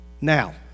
Now